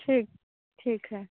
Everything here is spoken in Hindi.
ठीक ठीक है